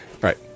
Right